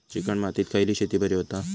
Chicken मातीत खयली शेती बरी होता?